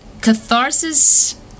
catharsis